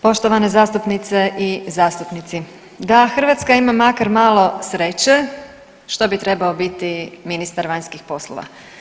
Poštovane zastupnice i zastupnici, da Hrvatska ima makar malo sreće što bi trebao biti ministar vanjskih poslova?